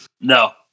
No